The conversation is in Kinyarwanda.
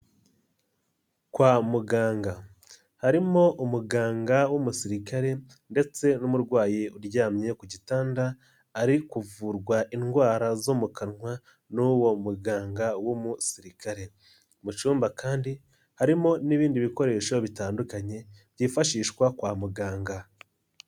Kwa muganga harimo umuganga w'umusirikare ndetse n'umurwayi uryamye ku gitanda ari kuvurwa indwara zo mu kanwa n'uwo muganga w'umusirikare mu cyumba kandi harimo n'ibindi bikoresho bitandukanye byifashishwa kwa muganga.